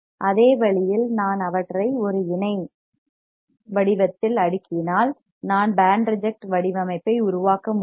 அதே வழியில் நான் அவற்றை ஒரு இணை பார்லல் parallel வடிவத்தில் அடுக்கினால் காஸ் கேட் நான் பேண்ட் ரிஜெக்ட் வடிவமைப்பை உருவாக்க முடியும்